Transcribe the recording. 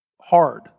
hard